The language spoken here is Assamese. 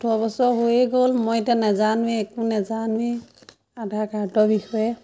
ওঠৰ বছৰ হৈয়ে গ'ল মই এতিয়া নাজানোৱে একো নাজানোৱেই আধাৰ কাৰ্ডৰ বিষয়ে